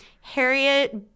Harriet